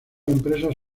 empresas